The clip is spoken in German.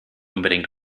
unbedingt